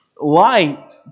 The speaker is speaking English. light